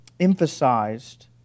emphasized